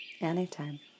anytime